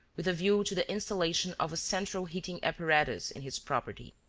with a view to the installation of a central heating-apparatus in his property.